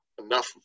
enough